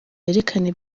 yerekana